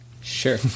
Sure